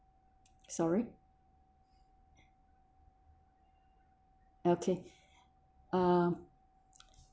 sorry okay uh